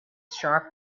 sharp